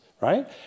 right